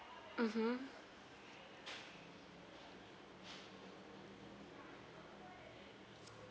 mmhmm